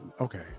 okay